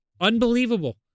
Unbelievable